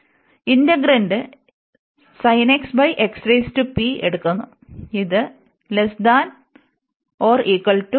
അതിനാൽ ഇന്റഗ്രന്റ് എടുക്കുന്നു ഇത് യാണ്